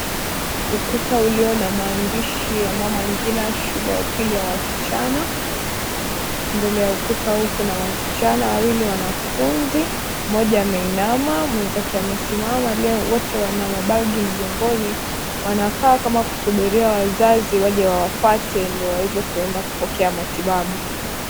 Ukuta ulio na maandishi ya Mama Ngina shule ya upili ya wasichana mbele ya ukuta huu kuna wasichana wawili wanafunzi, mmoja amesimama mwenzake amesimama wote wana mabagi mgongoni wanakaa kama kisubiria wazazi waje wawafate ili waweze kuenda kupokea matibabu.